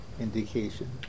indication